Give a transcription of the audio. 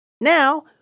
Now